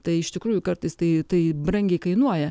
tai iš tikrųjų kartais tai tai brangiai kainuoja